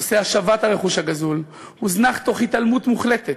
נושא השבת הרכוש הגזול הוזנח תוך התעלמות מוחלטת,